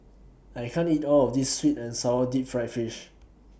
I can't eat All of This Sweet and Sour Deep Fried Fish